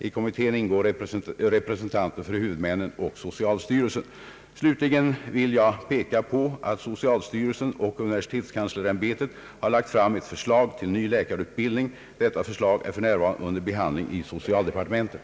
I kommittén ingår representanter för huvudmännen och socialstyrelsen. Slutligen vill jag peka på att socialstyrelsen och universitetskanslersämbetet har lagt fram ett förslag till ny läkarutbildning. Detta förslag är f.n. under behandling i socialdepartementet.